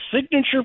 signature